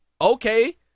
Okay